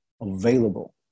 available